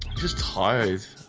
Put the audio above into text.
just hive